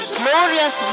glorious